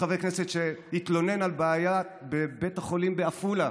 חבר הכנסת התלונן על בעיה בבית החולים בעפולה: